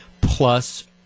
plus